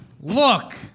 Look